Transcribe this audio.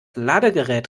ladegerät